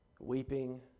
weeping